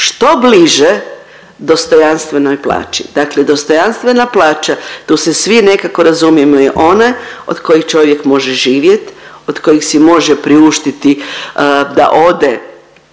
što bliže dostojanstvenoj plaći. Dakle dostojanstvena plaća, tu se svi nekako razumijemo je ona od koje čovjek može živjet, od kojih si može priuštiti da ode